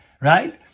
right